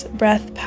breath